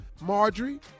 Marjorie